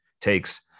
takes